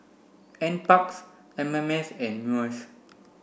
N Parks M M S and MUIS